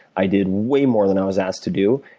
i did way more than i was asked to do.